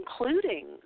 Including